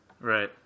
Right